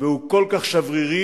והוא כל כך שברירי,